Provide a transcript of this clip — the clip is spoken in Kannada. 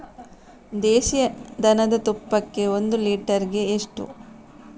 ದೇಸಿ ದನದ ತುಪ್ಪಕ್ಕೆ ಒಂದು ಲೀಟರ್ಗೆ ಎಷ್ಟು?